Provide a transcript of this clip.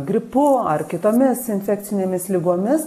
gripu ar kitomis infekcinėmis ligomis